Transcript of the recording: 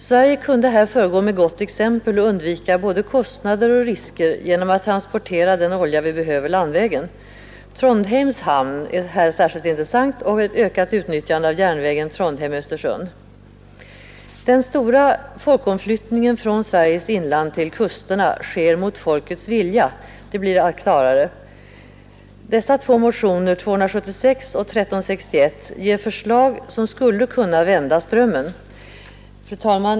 Sverige kunde här föregå med gott exempel och undvika både kostnader och risker genom att transportera den olja vi behöver landvägen. Trondheims hamn är särskilt intressant liksom ett ökat utnyttjande av järnvägen Trondheim—Östersund. Den stora folkomflyttningen från Sveriges inland till kusterna sker mot folkets vilja, det blir allt klarare. Dessa två motioner, 276 och 1361, ger förslag som skulle kunna vända strömmen. Fru talman!